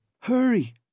Hurry